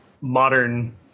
modern